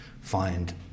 find